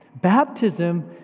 Baptism